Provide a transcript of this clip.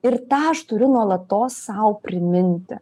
ir tą aš turiu nuolatos sau priminti